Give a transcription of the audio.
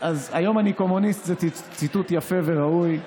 "היום אני קומוניסט" זה ציטוט יפה וראוי,